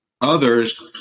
others